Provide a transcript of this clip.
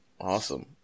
Awesome